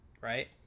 right